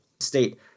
state